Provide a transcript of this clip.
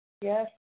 Yes